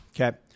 Okay